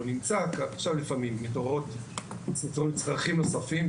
עכשיו לפעמים מתעוררים צרכים נוספים,